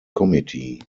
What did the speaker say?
committee